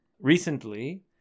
Recently